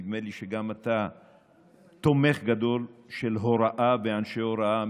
נדמה לי שגם אתה תומך גדול של הוראה ואנשי הוראה,